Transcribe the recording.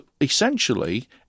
essentially